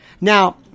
Now